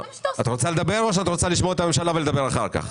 את רוצה לדבר או את רוצה לשמוע את הממשלה ולדבר אחר כך?